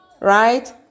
right